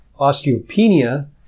osteopenia